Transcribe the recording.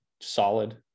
solid